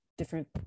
Different